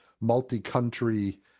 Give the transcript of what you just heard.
multi-country